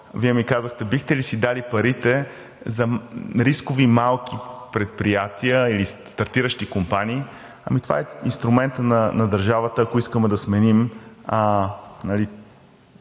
Вие ми казахте: „Бихте ли си дали парите за рискови, малки предприятия или стартиращи компании?“ Това е инструментът на държавата, ако искаме да сменим да